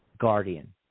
Guardian